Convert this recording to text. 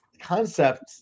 concept